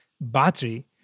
battery